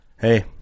hey